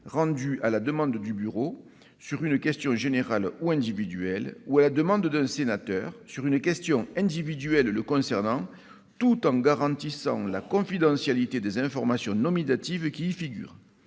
rendus à la demande du bureau, sur une question générale ou individuelle ou à la demande d'un sénateur sur une question individuelle le concernant, tout en garantissant la confidentialité des informations nominatives qui y figurent.